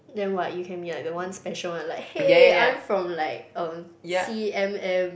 then what you can be like the one special one like hey I'm from like um C_M_M